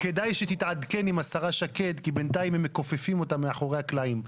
כדאי שתעדכן עם השרה שקד כי בינתיים הם מכופפים אותה מאחורי הקלעים.